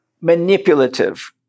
manipulative